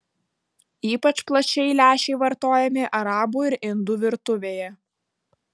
ypač plačiai lęšiai vartojami arabų ir indų virtuvėje